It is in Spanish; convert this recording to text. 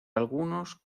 algunos